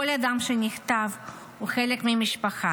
כל אדם שנחטף הוא חלק ממשפחה,